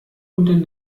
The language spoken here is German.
unter